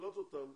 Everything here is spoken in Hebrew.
נקלוט אותם,